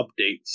updates